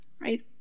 right